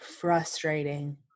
frustrating